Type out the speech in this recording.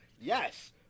Yes